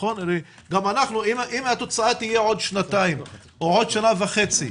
אם התוצאה תהיה עוד שנתיים או עוד שנה וחצי,